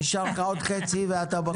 עוד חצי פעם ואתה בחוץ.